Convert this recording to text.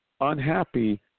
unhappy